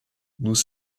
nous